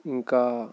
ఇంకా